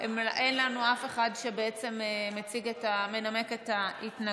אין לנו אף אחד שמנמק את ההתנגדות,